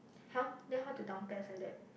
!huh! then how to down pes like that